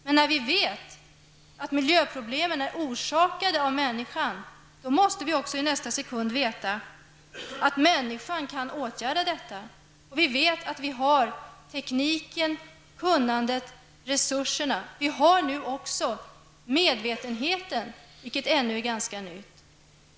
Men vi vet ju att miljöproblemen är orsakade av människan. Då måste vi nästa sekund ha klart för oss att människan kan åtgärda detta. Dessutom vet vi att tekniken, kunnandet och resurserna finns. Vidare finns det nu också en medvetenhet, något som ännu är ganska nytt.